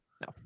No